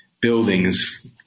buildings